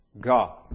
God